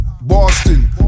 Boston